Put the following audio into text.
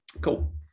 Cool